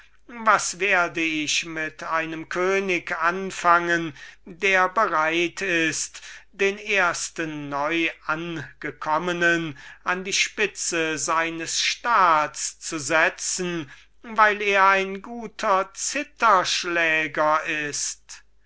was werde ich mit einem könig anfangen der bereit ist den ersten neuangekommenen an die spitze seines staats zu setzen weil er ein guter citharschläger ist